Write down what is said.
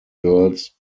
girls